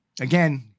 Again